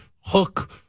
Hook